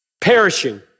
perishing